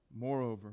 Moreover